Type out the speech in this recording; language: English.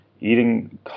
eating